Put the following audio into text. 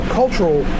cultural